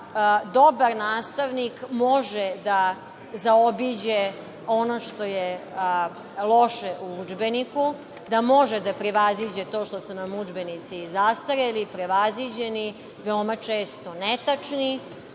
dobar nastavnik može da zaobiđe ono što je loše u udžbeniku, da može da prevaziđe to što su nam udžbenici zastareli, prevaziđeni, veoma često netačni,